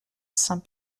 saint